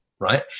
right